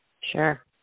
Sure